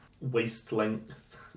waist-length